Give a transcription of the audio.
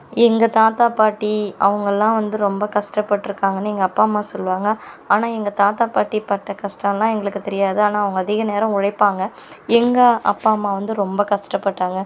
எங்கள் தாத்தா பாட்டி அவர்கள்லாம் வந்து ரொம்ப கஷ்டப்பட்டுருக்காங்கனு எங்கள் அப்பா அம்மா சொல்லுவாங்க ஆனால் எங்கள் தாத்தா பாட்டி பட்ட கஷ்டமெலாம் எங்களுக்கு தெரியாது ஆனால் அவங்க அதிக நேரம் உழைப்பாங்க எங்கள் அப்பா அம்மா வந்து ரொம்ப கஷ்டப்பட்டாங்க